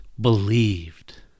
believed